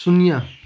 शून्य